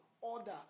order